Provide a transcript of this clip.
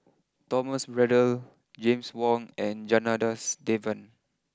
Thomas Braddell James Wong and Janadas Devan